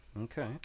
okay